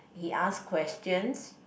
he ask questions